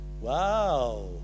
Wow